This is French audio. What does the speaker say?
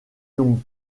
longue